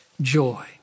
joy